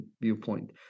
viewpoint